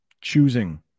choosing